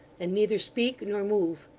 and neither speak nor move.